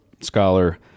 scholar